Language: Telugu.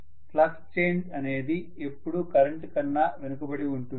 ఫ్లక్స్ చేంజ్ అనేది ఎప్పుడూ కరెంటు కన్నా వెనుకబడి ఉంటుంది